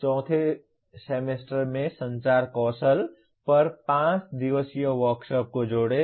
चौथे सेमेस्टर में संचार कौशल पर 5 दिवसीय वर्कशॉप को जोड़ें